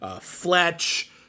Fletch